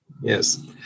yes